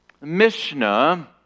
Mishnah